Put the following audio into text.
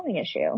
issue